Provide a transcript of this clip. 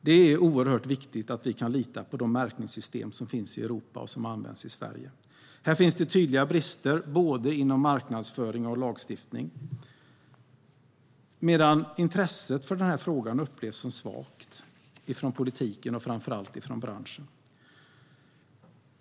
Det är oerhört viktigt att vi kan lita på de märkningssystem som finns i Europa och som används i Sverige. Här finns tydliga brister inom både marknadsföring och lagstiftning, medan intresset för frågan upplevs som svagt från politiken och framför allt från branschen.